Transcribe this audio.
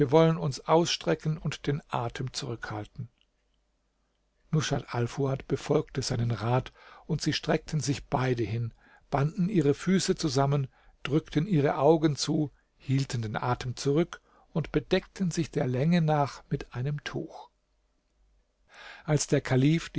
wollen uns ausstrecken und den atem zurückhalten rushat alfuad befolgte seinen rat und sie streckten sich beide hin banden ihre füße zusammen drückten ihre augen zu hielten den atem zurück und bedeckten sich der länge nach mit einem tuch als der kalif